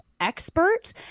expert